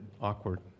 awkward